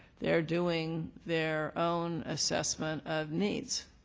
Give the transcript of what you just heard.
they're doing their own assessment of needs.